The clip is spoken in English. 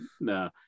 No